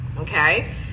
okay